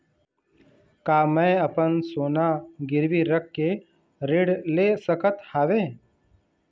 का मैं अपन सोना गिरवी रख के ऋण ले सकत हावे?